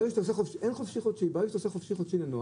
ברגע שתעשה חופשי-חודשי לנוער,